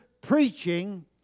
preaching